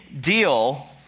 deal